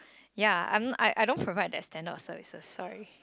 ya I'm I I don't provide that standard of services sorry